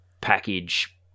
package